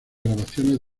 grabaciones